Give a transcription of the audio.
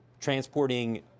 transporting